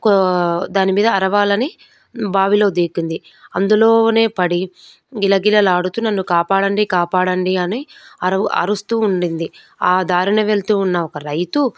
దాని మీదా అరవలని బావిలోకి దిగుతుంది అందులోనే పడి గిల గిలలాడుతూ నన్ను కాపాడండి కాపాడండి అని అరుస్తూ ఉండింది ఆ దారిన వెళుతున్న ఒక రైతు